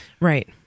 Right